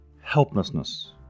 helplessness